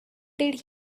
did